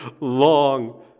long